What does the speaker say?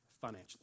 financially